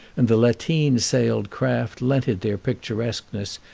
and the lateen-sailed craft lent it their picturesqueness,